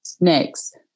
Next